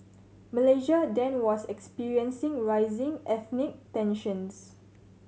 Malaysia then was experiencing rising ethnic tensions